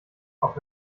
auch